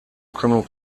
criminal